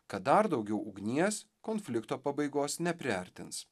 kad dar daugiau ugnies konflikto pabaigos nepriartins